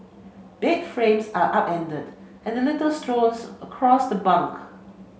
bed frames are upended and litter strewn's across the bunk